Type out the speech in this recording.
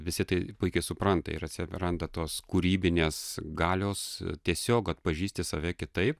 visi tai puikiai supranta ir atsiranda tos kūrybinės galios tiesiog atpažįsti save kitaip